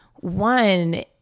One